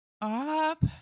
up